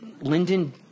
Lyndon